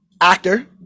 actor